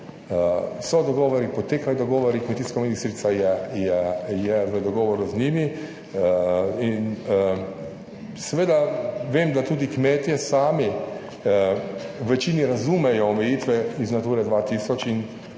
so dogovori, potekajo dogovori, kmetijska ministrica je, je v dogovoru z njimi in seveda vem, da tudi kmetje sami v večini razumejo omejitve iz Nature 2000 in